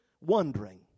wondering